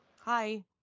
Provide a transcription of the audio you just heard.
Hi